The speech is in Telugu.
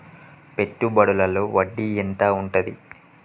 పెట్టుబడుల లో వడ్డీ ఎంత ఉంటది?